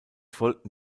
folgten